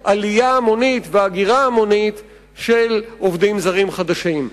עלייה המונית והגירה המונית של עובדים זרים חדשים.